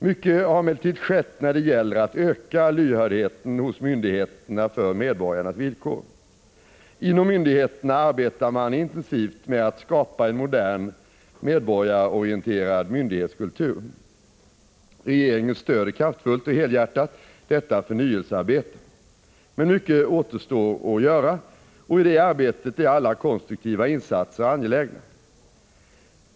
Mycket har emellertid skett när det gäller att öka lyhördheten hos myndigheterna för medborgarnas villkor. Inom myndigheterna arbetar man intensivt med att skapa en modern, medborgarorienterad myndighetskultur. Regeringen stöder kraftfullt och helhjärtat detta förnyelsearbete. Men mycket återstår att göra, och i det arbetet är alla konstruktiva insatser angelägna.